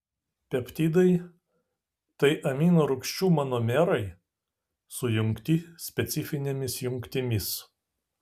peptidai tai amino rūgčių monomerai sujungti specifinėmis jungtimis